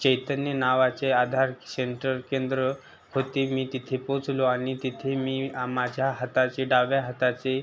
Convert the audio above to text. चैतन्य नावाचे आधार सेंटर केंद्र होते मी तिथे पोहोचलो आणि तिथे मी आ माझ्या हाताचे डाव्या हाताचे